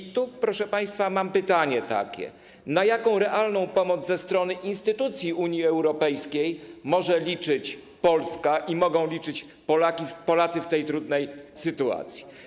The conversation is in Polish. I tu, proszę państwa, mam pytanie: Na jaką realną pomoc ze strony instytucji Unii Europejskiej może liczyć Polska i mogą liczyć Polacy w tej trudnej sytuacji?